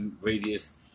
radius